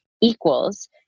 equals